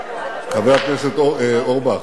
הכנסת אורבך,